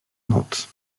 not